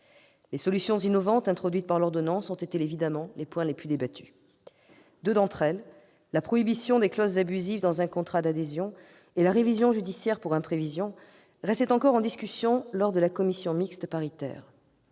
Les solutions innovantes introduites par l'ordonnance ont été évidemment les points les plus débattus. Deux d'entre elles, la prohibition des clauses abusives dans un contrat d'adhésion et la révision judiciaire pour imprévision, restaient encore en discussion lors de la commission mixte paritaire.